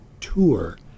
tour